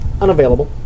Unavailable